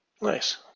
Nice